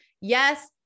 Yes